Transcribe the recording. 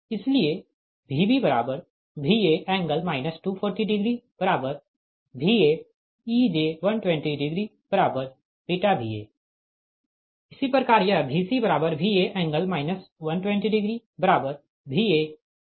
इसलिए VbVa∠ 240Vaej120βVa इसी प्रकार यह VcVa∠ 120Vae j1202Va